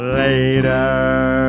later